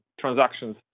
transactions